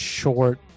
short